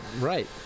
Right